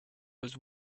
was